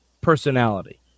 personality